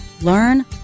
Learn